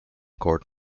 court